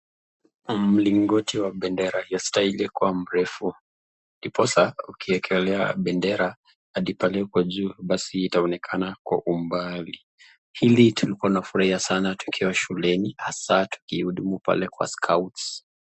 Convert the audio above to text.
Mlingoti wa bendera wastahili kua mrefu. Ndiposa ukiekelea bendera hadi pale kwa juu zitaonekana kwa umbali. Hili tulikua tunafurahi sana tukiwa shuleni hasa tukihudumu pale kwa scouts